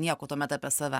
nieko tuomet apie save